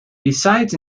besides